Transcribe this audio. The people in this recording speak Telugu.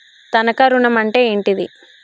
తనఖా ఋణం అంటే ఏంటిది?